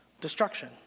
destruction